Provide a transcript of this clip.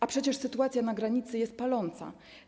A przecież sytuacja na granicy jest paląca.